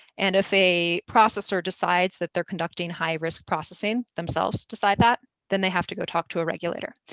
and if a processor decides that they're conducting high risk processing, themselves decide that, then they have to go talk to a regulator.